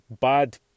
bad